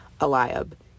Eliab